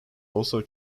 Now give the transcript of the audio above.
also